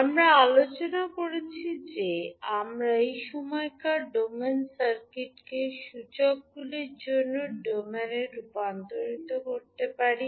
আমরা আলোচনা করেছি যে আমরা সেই সময়কার ডোমেন সার্কিটকে সূচকগুলির জন্য ডোমেনে রূপান্তর করতে পারি